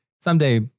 Someday